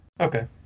Okay